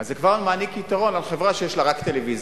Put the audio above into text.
זה כבר מעניק יתרון על חברה שיש לה למשל רק טלוויזיה.